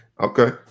Okay